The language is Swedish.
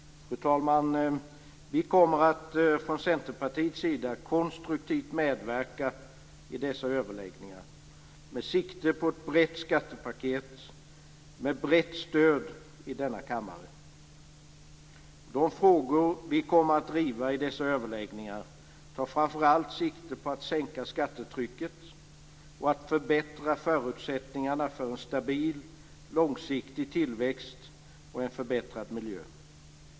Fru talman! Vi kommer att från Centerpartiets sida konstruktivt medverka i dessa överläggningar med sikte på ett brett skattepaket med brett stöd i denna kammare. De frågor vi kommer att driva i dessa överläggningar tar framför allt sikte på att sänka skattetrycket och att förbättra förutsättningarna för en stabil och långsiktig tillväxt och en förbättrad miljö.